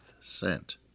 sent